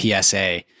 PSA